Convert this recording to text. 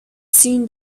seen